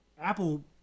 Apple